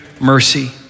mercy